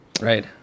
Right